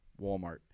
Walmart